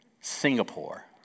Singapore